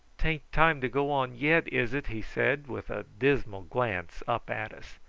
tain't time to go on yet, is it? he said with a dismal glance up at us.